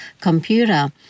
computer